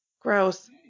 Gross